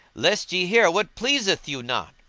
lest ye hear what pleaseth you not.